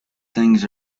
things